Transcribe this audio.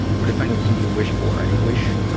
what, if anything, do you wish for? i wish